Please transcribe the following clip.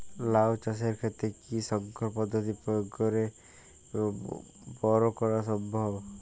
লাও চাষের ক্ষেত্রে কি সংকর পদ্ধতি প্রয়োগ করে বরো করা সম্ভব?